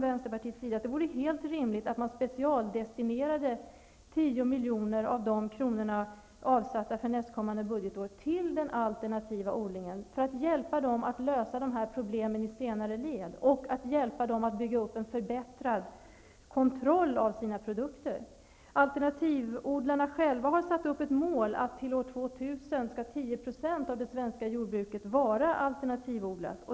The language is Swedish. Vänsterpartiet menar att det vore rimligt att specialdestinera 10 miljoner av de pengar som avsatts för nästkommande budgetår till den alternativa odlingen för att hjälpa den att lösa problemen i senare led och bygga upp en förbättrad kontroll av sina produkter. Alternativodlarna själva har satt upp som ett mål att år 2000 skall 10 % av det svenska jordbruket vara alternativodlat.